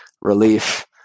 relief